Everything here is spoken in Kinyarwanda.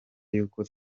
yuko